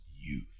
youth